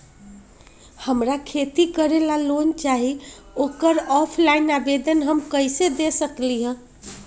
हमरा खेती करेला लोन चाहि ओकर ऑफलाइन आवेदन हम कईसे दे सकलि ह?